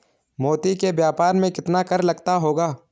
मोती के व्यापार में कितना कर लगता होगा?